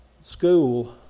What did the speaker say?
School